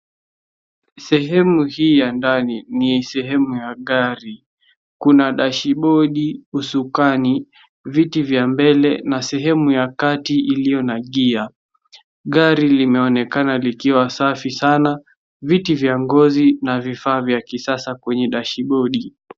Sehemu hii ya ndani ni sehemu ya gari, kuna dashibodi, usukani, viti vya mbele na sehemu ya kati iliyo na gia, gari limeonekana likiwa safi sana viti vya ngozi na vifaa vya kisasa kwenye dashibodi.